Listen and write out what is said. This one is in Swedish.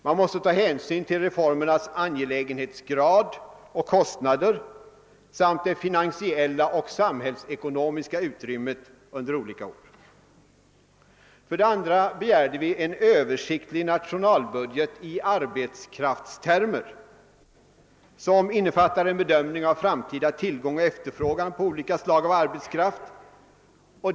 Man måste ta hänsyn till reformernas angelägenhetsgrad och kostnader samt det finansiella och samhällsekonomiska utrymmet under olika år. För det andra begärde vi en översiktlig nationalbudget i arbetskraftstermer, som innefattar en bedömning av framtida tillgång och efterfrågan på olika slag av arbetskraft.